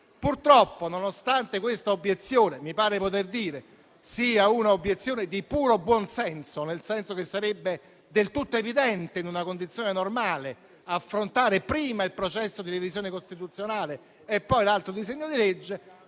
dire che questa sia un'obiezione di puro buon senso, nel senso che sarebbe del tutto evidente, in una condizione normale, affrontare prima il processo di revisione costituzionale e poi l'altro disegno di legge,